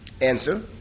Answer